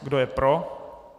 Kdo je pro?